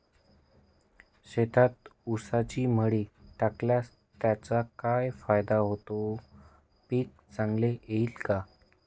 शेतात ऊसाची मळी टाकल्यास त्याचा काय फायदा होतो, पीक चांगले येईल का?